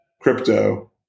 crypto